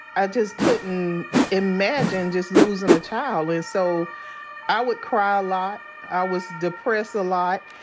i just couldn't imagine just losing a child. and so i would cry a lot. i was depressed a lot.